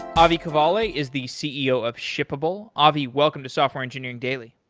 avi cavale is the ceo of shippable. avi, welcome to software engineering daily.